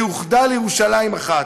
שאוחדה לירושלים אחת.